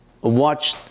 watch